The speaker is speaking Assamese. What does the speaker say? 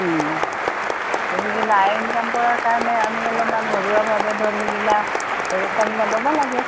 সেইগিলা আইন কাম কৰাৰ কাৰণে আমি অলপমান ঘৰুৱাভাৱে ধৰ সেইগিলা ব্যৱস্থাগিলা ল'বা লাগে